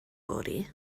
fory